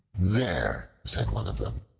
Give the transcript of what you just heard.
there, said one of them,